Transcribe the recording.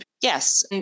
Yes